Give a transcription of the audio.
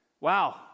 wow